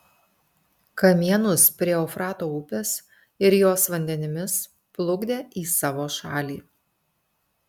kamienus prie eufrato upės ir jos vandenimis plukdė į savo šalį